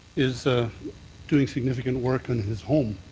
is ah doing significant work on his home,